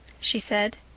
she said.